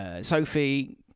Sophie